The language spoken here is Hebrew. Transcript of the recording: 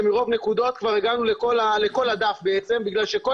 שמרוב נקודות כבר הגענו לכל הדף בגלל שכל